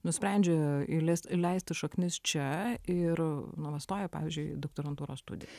nusprendžia įleis įleisti šaknis čia ir nu va stoja pavyzdžiuiį doktorantūros studijas